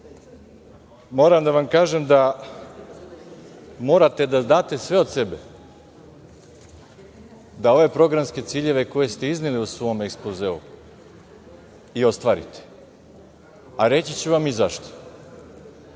da vam kažem da morate da date sve od sebe da ove programske ciljeve koje ste izneli u svom ekspozeu i ostvarite, a reći ću vam i zašto.